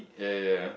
yeah yeah yeah